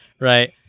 right